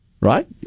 right